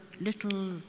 little